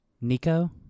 Nico